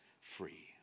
free